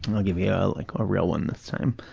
i'll give you ah like a real one this time. oh,